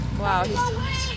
wow